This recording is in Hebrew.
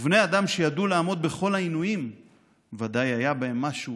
ובני אדם שידעו לעמוד בכל העינויים ודאי היה בהם משהו